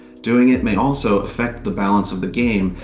doing it may also affect the balance of the game,